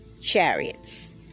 chariots